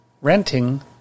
renting